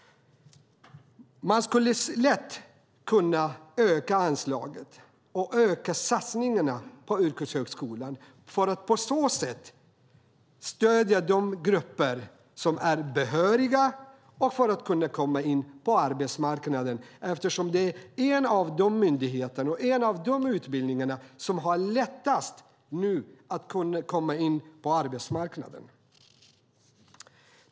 Man skulle lätt kunna öka anslaget och öka satsningarna på yrkeshögskolan. På så sätt skulle man stödja de grupper som är behöriga så att de ska kunna komma in på arbetsmarknaden. Detta är ju en av de myndigheter och en av de utbildningar vars studerande har lättast att komma in på arbetsmarknaden.